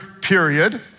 period